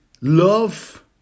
Love